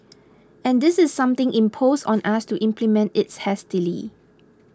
and this is something imposed on us to implement it hastily